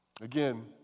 Again